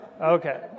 Okay